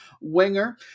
winger